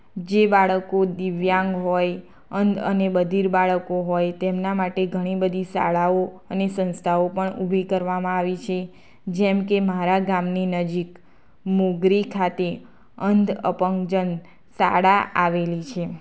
જે બાળકો દિવ્યાંગ હોય અને બધિર બાળકો હોય તેમના માટે ઘણી બધી શાળાઓ અને સંસ્થાઓ પણ ઊભી કરવામાં આવી છે જેમકે મારા ગામની નજીક મુગરી ખાતે અંધ અપંગ જન શાળા આવેલી છે